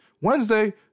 Wednesday